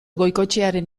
goikoetxearen